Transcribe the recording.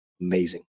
amazing